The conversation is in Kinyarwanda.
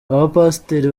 abapasiteri